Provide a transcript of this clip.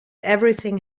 everything